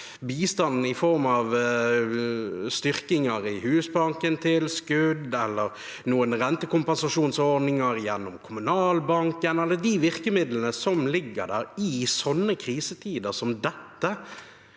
bistand i form av styrking av tilskudd fra Husbanken, rentekompensasjonsordninger gjennom Kommunalbanken, eller de virkemidlene som ligger der i krisetider som dette,